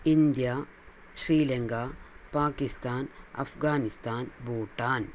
India Sri Lanka Pakistan Afghanistan Bhutan